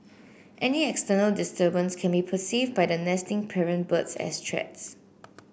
any external disturbance can be perceived by the nesting parent birds as threats